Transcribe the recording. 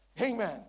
Amen